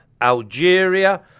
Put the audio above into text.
Algeria